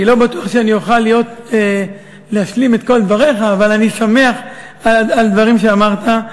אני לא בטוח שאני אוכל להשלים את כל דבריך אבל אני שמח על דברים שאמרת.